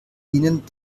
ihnen